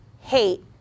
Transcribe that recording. hate